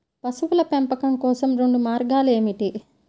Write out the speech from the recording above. పశువుల పెంపకం కోసం రెండు మార్గాలు ఏమిటీ?